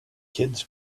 kids